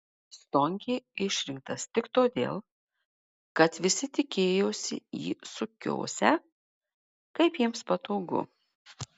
stonkė išrinktas tik todėl kad visi tikėjosi jį sukiosią kaip jiems patogu